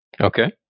Okay